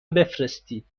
بفرستید